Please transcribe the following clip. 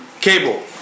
cable